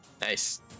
Nice